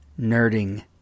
Nerding